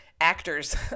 actors